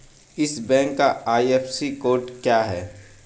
इस बैंक का IFSC code क्या है?